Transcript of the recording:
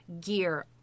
Gear